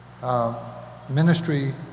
ministry